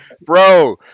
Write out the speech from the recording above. Bro